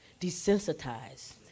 desensitized